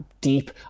deep